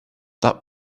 that